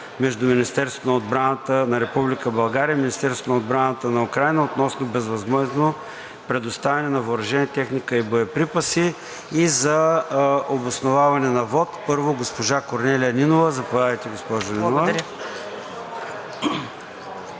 между Министерството на отбраната на Република България и Министерството на отбраната на Украйна относно безвъзмездно предоставяне на въоръжение, техника и боеприпаси. И за обосноваване на вот – първо госпожа Корнелия Нинова. Заповядайте, госпожо Нинова. КОРНЕЛИЯ